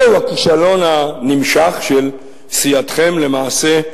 זהו הכישלון הנמשך של סיעתכם, למעשה,